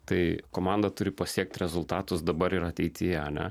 tai komanda turi pasiekt rezultatus dabar ir ateityje ane